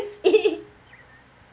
in